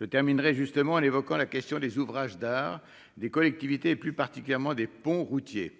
je terminerai justement évoquant la question des ouvrages d'art, des collectivités, et plus particulièrement des ponts routiers,